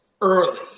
early